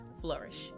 flourish